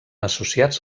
associats